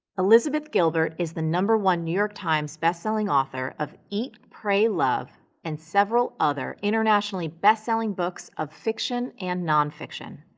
elizabeth gilbert is the number one new york times bestselling author of eat, pray, love and several other internationally bestselling books of fiction and nonfiction.